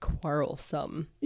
quarrelsome